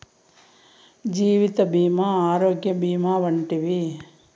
జీవిత భీమా ఆరోగ్య భీమా వంటివి